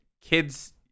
kids